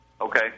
Okay